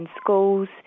schools